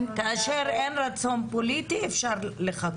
כאשר אין רצון פוליטי אפשר לחכות.